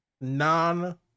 non-